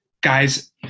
guys